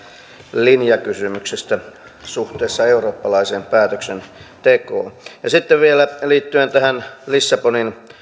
linjakysymyksestä suhteessa eurooppalaiseen päätöksentekoon ja sitten vielä liittyen tähän lissabonin